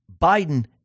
Biden